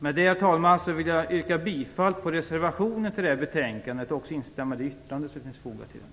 Med det, herr talman, vill jag yrka bifall till reservationen och också instämma i det yttrande som fogats till betänkandet.